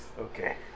Okay